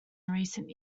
recent